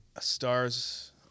Stars